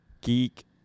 geek